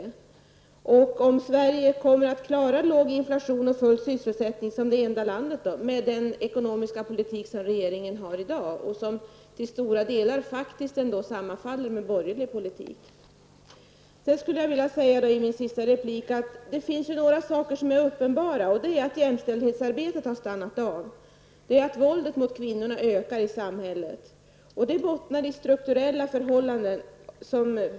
Tror Margot Wallström att Sverige -- som enda land -- kommer att klara att hålla låg inflation och full sysselsättning med den ekonomiska politik som regeringen för i dag och som till stora delar faktiskt sammanfaller med borgerlig politik? Det finns några saker som är uppenbara, t.ex. att jämställdhetsarbetet har stannat av och att våldet mot kvinnorna ökar i samhället, vilket bottnar i strukturella förhållanden.